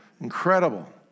Incredible